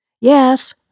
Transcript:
Yes